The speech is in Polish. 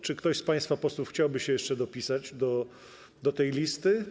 Czy ktoś z państwa posłów chciałby się jeszcze dopisać do tej listy?